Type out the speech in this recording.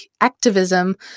activism